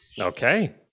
Okay